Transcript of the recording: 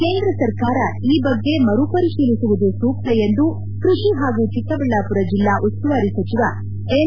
ಕೇಂದ್ರ ಸರ್ಕಾರ ಈ ಬಗ್ಗೆ ಮರು ಪರಿಶೀಲಿಸುವುದು ಸೂಕ್ತ ಎಂದು ಕೃಷಿ ಹಾಗೂ ಚಿಕ್ಕಬಳ್ಳಾಪುರ ಜಿಲ್ಲಾ ಉಸ್ತುವಾರಿ ಸಚಿವ ಎನ್